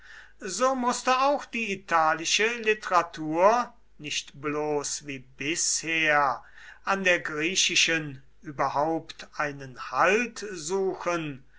so mußte auch die italische literatur nicht bloß wie bisher an der griechischen überhaupt einen halt suchen